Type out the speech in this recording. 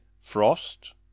Frost